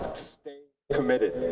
stay committed.